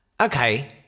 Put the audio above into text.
Okay